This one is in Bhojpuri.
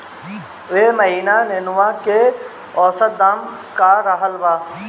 एह महीना नेनुआ के औसत दाम का रहल बा?